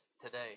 today